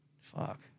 Fuck